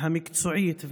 המקצועית,